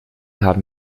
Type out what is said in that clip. haben